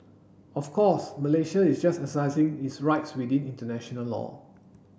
of course Malaysia is just exercising its rights within international law